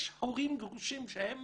יש הורים גרושים שהם